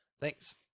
Thanks